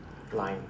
line